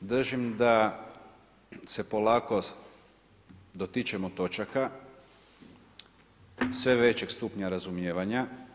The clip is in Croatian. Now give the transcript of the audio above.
Držim da se polako dotičemo točaka sve većeg stupnja razumijevanja.